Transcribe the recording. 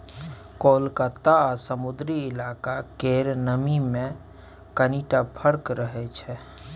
कलकत्ता आ समुद्री इलाका केर नमी मे कनिटा फर्क रहै छै